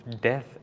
death